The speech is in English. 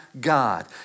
God